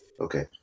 Okay